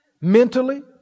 mentally